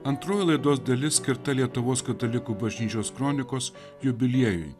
antroji laidos dalis skirta lietuvos katalikų bažnyčios kronikos jubiliejui